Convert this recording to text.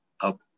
up